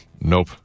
nope